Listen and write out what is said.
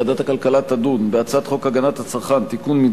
ועדת הכלכלה תדון בהצעת חוק הגנת הצרכן (תיקון,